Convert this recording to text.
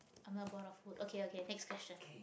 I'm not bored of food okay okay next question